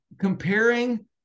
comparing